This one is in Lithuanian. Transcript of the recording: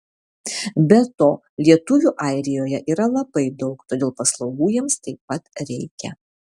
be to lietuvių airijoje yra labai daug todėl paslaugų jiems taip pat reikia